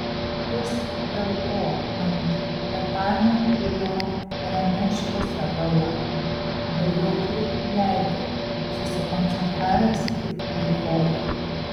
vis dėlto ant tatamio ėjau ramia šviesia galva be jokių jeigu susikoncentravęs tik į kovą